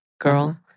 girl